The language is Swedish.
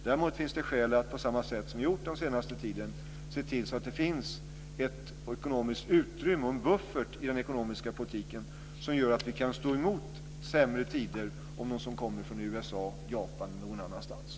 Däremot finns det skäl att på samma sätt som vi har gjort den senaste tiden se till att det finns ett ekonomiskt utrymme, en buffert, i den ekonomiska politiken som gör att vi kan stå emot sämre tider som kommer från USA, från Japan eller från annat håll.